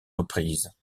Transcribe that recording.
reprises